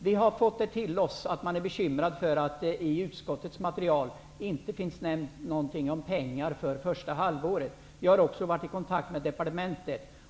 Vi har fått veta att han är bekymrad över att det i utskottets material inte finns något nämnt om pengar för första halvåret. Vi har också varit i kontakt med departementet.